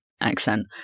accent